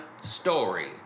story